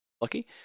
lucky